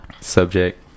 subject